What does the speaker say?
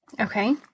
Okay